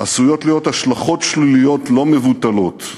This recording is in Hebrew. עשויות להיות השלכות שליליות לא מבוטלות.